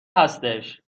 هستش